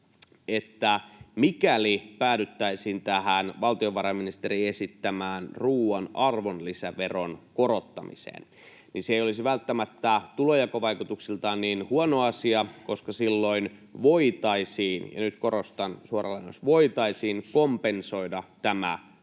että mikäli päädyttäisiin tähän valtionvarainministerin esittämään ruuan arvonlisäveron korottamiseen, niin se ei olisi välttämättä tulonjakovaikutuksiltaan niin huono asia, koska silloin voitaisiin — ja nyt korostan, suora lainaus — kompensoida tämä